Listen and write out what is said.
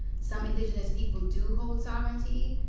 some indigenous people do hold sovereignty,